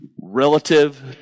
relative